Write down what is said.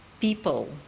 People